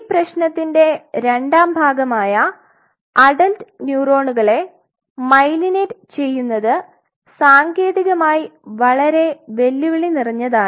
ഈ പ്രേശ്നത്തിന്റെ രണ്ടാം ഭാഗമായ അഡൽറ്റ് ന്യൂറോണുകളെ മൈലിനേറ്റ് ചെയുന്നത് സാങ്കേതികമായി വളരെ വെല്ലുവിളി നിറഞ്ഞതാണ്